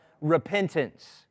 repentance